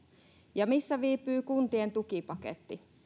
ja missä viipyy kuntien tukipaketti